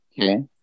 Okay